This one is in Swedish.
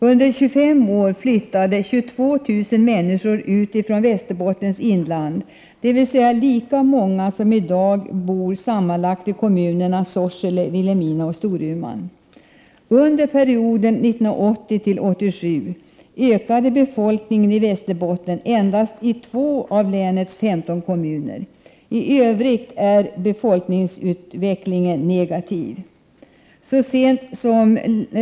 Under 25 år flyttade 22 000 människor ut från Västerbottens inland, dvs. lika många som i dag sammanlagt bor i kommunerna Sorsele, Vilhelmina och Storuman. Under perioden 1980—1987 ökade befolkningen i Västerbotten endast i två av länets femton kommuner. I övrigt är befolkningsutvecklingen negativ.